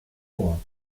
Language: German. vor